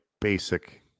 basic